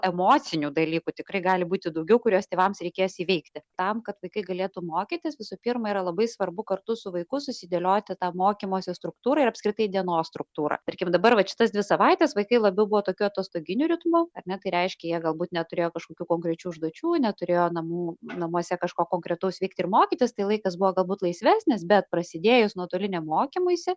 emocinių dalykų tikrai gali būti daugiau kuriuos tėvams reikės įveikti tam kad vaikai galėtų mokytis visų pirma yra labai svarbu kartu su vaiku susidėlioti tą mokymosi struktūrą ir apskritai dienos struktūrą tarkim dabar vat šitas dvi savaites vaikai labiau buvo tokiu atostoginiu ritmu ar ne tai reiškia jie galbūt neturėjo kažkokių konkrečių užduočių neturėjo namų namuose kažko konkretaus veikti ir mokytis tai laikas buvo galbūt laisvesnis bet prasidėjus nuotoliniam mokymuisi